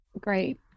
Great